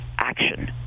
action